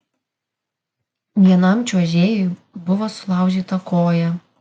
vienam čiuožėjui buvo sulaužyta koja